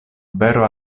vero